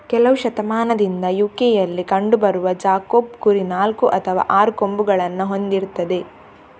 ಕೆಲವು ಶತಮಾನದಿಂದ ಯು.ಕೆಯಲ್ಲಿ ಕಂಡು ಬರುವ ಜಾಕೋಬ್ ಕುರಿ ನಾಲ್ಕು ಅಥವಾ ಆರು ಕೊಂಬುಗಳನ್ನ ಹೊಂದಿರ್ತದೆ